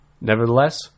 nevertheless